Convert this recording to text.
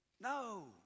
No